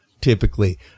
Typically